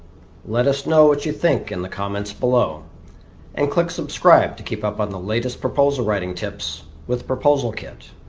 let us know what you think in the comments below and click subscribe to keep up on the latest proposal writing tips with proposal kit.